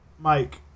Mike